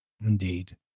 Indeed